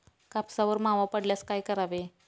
कापसावर मावा पडल्यास काय करावे?